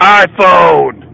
iPhone